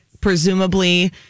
presumably